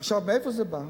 עכשיו, מאיפה זה בא?